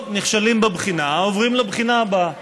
טוב, נכשלים בבחינה, עוברים לבחינה הבאה.